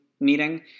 meeting